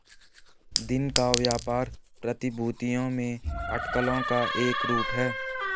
दिन का व्यापार प्रतिभूतियों में अटकलों का एक रूप है